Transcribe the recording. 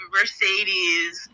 Mercedes